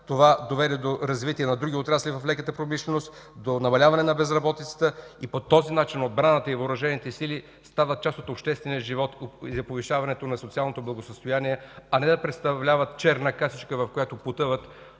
това доведе до развитие на други отрасли в леката промишленост, до намаляване на безработицата. По този начин отбраната и въоръжените сили стават част от обществения живот и повишаването на социалното благосъстояние, а не да представляват черна касичка, в която потъват